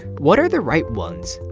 what are the right ones?